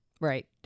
Right